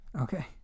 Okay